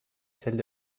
celle